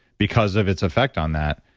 because of its effect on that.